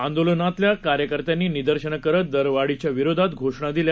आंदोलनातल्या कार्यकर्त्यांनी निदर्शनं करत दरवाढीच्या विरोधात घोषणा दिल्या